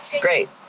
Great